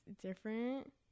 different